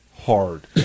hard